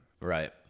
Right